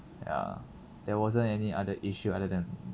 ya there wasn't any other issue other than